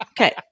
Okay